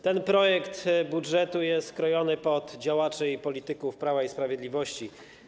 Ten projekt budżetu jest skrojony pod działaczy i polityków Prawa i Sprawiedliwości.